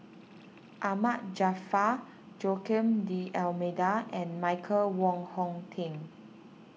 Ahmad Jaafar Joaquim D'Almeida and Michael Wong Hong Teng